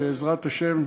בעזרת השם,